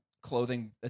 clothing